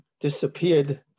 disappeared